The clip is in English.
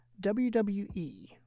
WWE